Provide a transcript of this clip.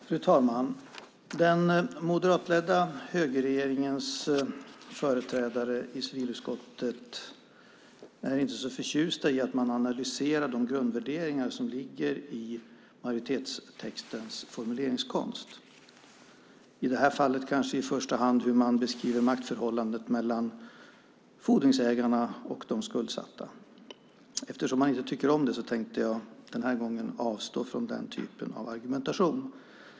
Fru talman! Den moderatledda högerregeringens företrädare i civilutskottet är inte så förtjusta i att man analyserar de grundvärderingar som ligger i majoritetstextens formuleringskonst. I det här fallet handlar det kanske i första hand om hur man beskriver maktförhållandet mellan fordringsägarna och de skuldsatta. Eftersom man inte tycker om det tänkte jag den här gången avstå från den typen av argumentation.